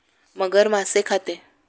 मगर मासे खाते